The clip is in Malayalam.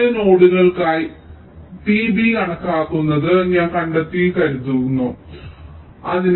ചില നോഡുകൾക്കായി t b കണക്കാക്കുന്നത് ഞാൻ കണ്ടെത്തിയെന്ന് കരുതുക 5